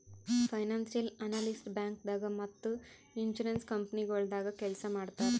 financial analyst ಬ್ಯಾಂಕ್ದಾಗ್ ಮತ್ತ್ insurance ಕಂಪನಿಗೊಳ್ದಾಗ ಕೆಲ್ಸ್ ಮಾಡ್ತರ್